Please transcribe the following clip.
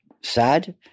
sad